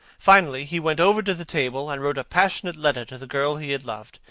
finally, he went over to the table and wrote a passionate letter to the girl he had loved,